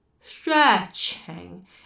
stretching